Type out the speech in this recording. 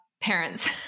parents